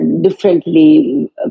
differently